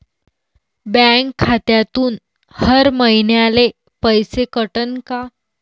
Bank खात्यातून हर महिन्याले पैसे कटन का?